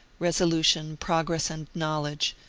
resolution, progress and knowledge,